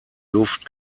luft